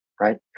Right